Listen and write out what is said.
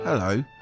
Hello